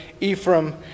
Ephraim